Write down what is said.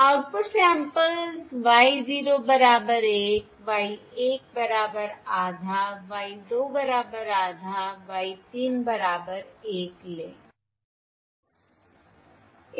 output samples y 0 बराबर 1 y 1 बराबर आधा y 2 बराबर आधा y 3 बराबर 1 लें